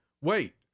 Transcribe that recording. wait